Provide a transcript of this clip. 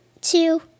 two